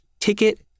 ticket